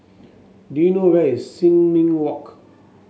do you know where is Sin Ming Walk